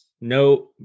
No